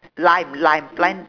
lime lime lime